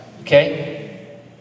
okay